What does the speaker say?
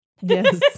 Yes